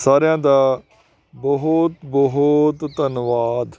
ਸਾਰਿਆਂ ਦਾ ਬਹੁਤ ਬਹੁਤ ਧੰਨਵਾਦ